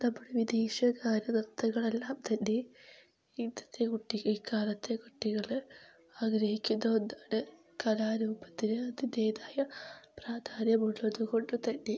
നമ്മുടെ വിദേശകാര്യ നൃത്തങ്ങളെല്ലാം തന്നെ ഇന്നത്തെ കുട്ടികൾ ഇക്കാലത്തെ കുട്ടികള് അഭിനയിക്കുന്നു എന്നാണ് കലാരൂപത്തിന് അതിൻ്റേതായ പ്രാധാന്യം ഉള്ളതുകൊണ്ടുത്തന്നെ